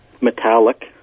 metallic